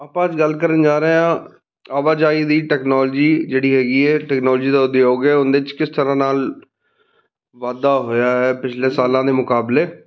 ਆਪਾਂ ਅੱਜ ਗੱਲ ਕਰਨ ਜਾ ਰਹੇ ਹਾਂ ਆਵਾਜਾਈ ਦੀ ਟੈਕਨੋਲੋਜੀ ਜਿਹੜੀ ਹੈਗੀ ਹੈ ਟੈਕਨੋਲੋਜੀ ਦਾ ਉਦਯੋਗ ਹੈ ਉਹਦੇ 'ਚ ਕਿਸ ਤਰ੍ਹਾਂ ਨਾਲ ਵਾਧਾ ਹੋਇਆ ਹੈ ਪਿਛਲੇ ਸਾਲਾਂ ਦੇ ਮੁਕਾਬਲੇ